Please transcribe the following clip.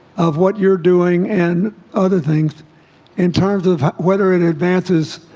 of? what you're doing and other things in terms of whether it advances?